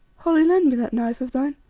holly, lend me that knife of thine,